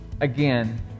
Again